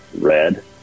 red